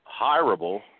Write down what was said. hireable